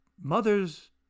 mother's